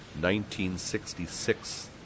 1966